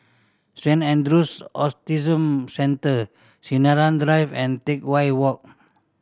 Saint Andrew's Austism Center Sinaran Drive and Teck Whye Walk